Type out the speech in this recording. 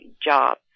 job